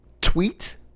tweet